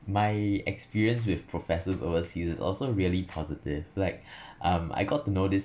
my experience with professors overseas is also really positive like um I got to know this